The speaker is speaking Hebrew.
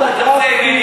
למה לא סגרת, גפני?